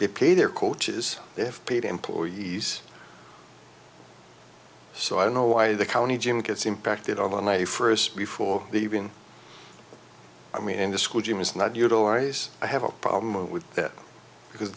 they play their coaches they have paid employees so i don't know why the county gym gets impacted on a first before they even i mean the school gym is not utilize i have a problem with that because